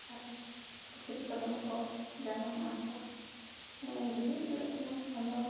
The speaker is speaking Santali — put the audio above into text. ᱛᱟᱞᱚᱦᱮ ᱯᱩᱥᱨᱤ ᱠᱚ ᱫᱚᱢᱮ ᱠᱚ ᱡᱟᱱᱟᱢᱚᱜᱼᱟ ᱛᱚ ᱦᱮᱸ ᱤᱧ ᱫᱤᱫᱤᱭ ᱚᱡᱚᱜᱮᱫ ᱛᱟᱦᱮᱱᱟ ᱛᱚᱠᱷᱚᱱ ᱫᱚ